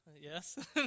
yes